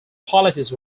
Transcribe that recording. policies